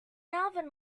alvin